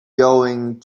going